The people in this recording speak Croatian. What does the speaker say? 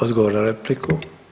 Odgovor na repliku.